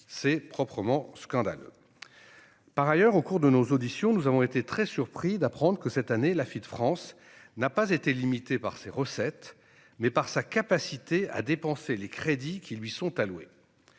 C'est proprement scandaleux ! Par ailleurs, lors de nos auditions, nous avons été très surpris d'apprendre que, cette année, l'Afit France a été limitée non par ses recettes, mais par sa capacité à dépenser les crédits qui lui sont alloués.